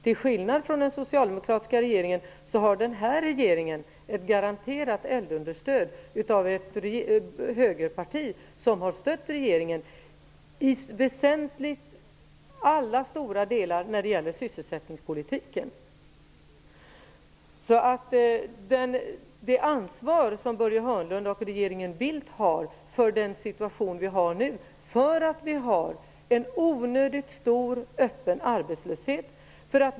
Till skillnad från den socialdemokratiska regeringen har den här regeringen ett garanterat eldunderstöd från ett högerparti som har stött regeringen i alla väsentliga delar när det gäller sysselsättningspolitiken. Börje Hörnlund och regeringen Bildt har ett ansvar för den situation vi nu befinner oss i. Vi har en onödigt stor öppen arbetslöshet.